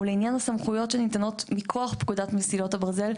הוא לעניין כל הסמכויות שניתנות מכוח פקודת מסילות הברזל,